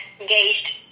engaged